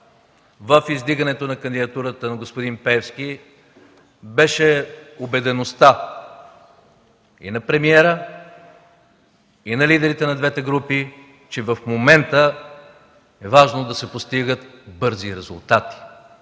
в издигането на кандидатурата на господин Пеевски, беше убедеността и на премиера, и на лидерите на двете групи, че в момента е важно да се постигат бързи резултати